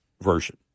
version